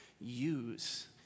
use